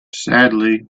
sadly